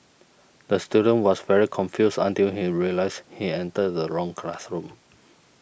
the student was very confused until he realised he entered the wrong classroom